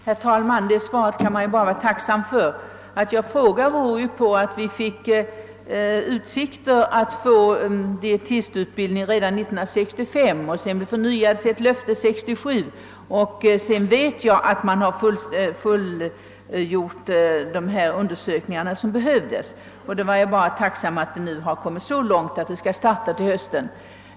Herr talman! Det svaret kan man bara vara tacksam för. Att jag frågar beror på att detredan 1965 ställdes i utsikt att vi skulle få dietistutbildning och detta löfte förnyades 1967. Jag vet också att man har slutfört de undersökningar som behövdes. Det är alltså glädjande att vi nu kommit så långt att utbildningen skall starta till hösten.